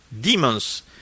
Demons